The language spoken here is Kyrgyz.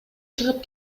чыгып